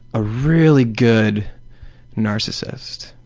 a really good narcissist.